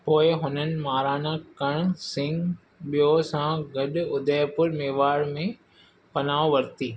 पोए हुननि महाराणा कर्ण सिंह ॿियो सां गॾु उदयपुर मेवाड़ में पनाहु वरिती